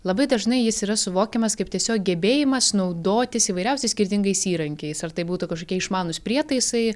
labai dažnai jis yra suvokiamas kaip tiesiog gebėjimas naudotis įvairiausiais skirtingais įrankiais ar tai būtų kažkokie išmanūs prietaisai